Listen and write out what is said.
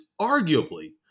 arguably